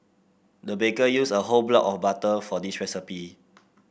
the baker used a whole block of butter for this recipe